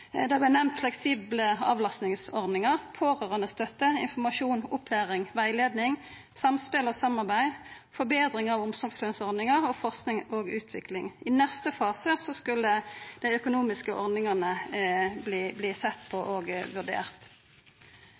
nemnt fleksible avlastingsordningar, pårørandestøtte, informasjon, opplæring og rettleiing, samspel og samarbeid, betring av omsorgslønsordninga og forsking og utvikling. I neste fase skulle dei økonomiske ordningane verta sett på og